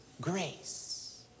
grace